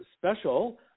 special